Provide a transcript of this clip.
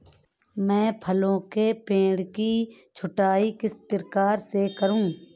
मैं फलों के पेड़ की छटाई किस प्रकार से करूं?